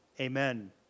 Amen